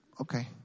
Okay